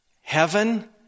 heaven